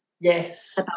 yes